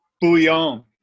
Bouillon